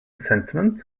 sentiment